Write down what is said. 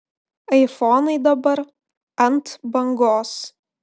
aifonai dabar ant bangos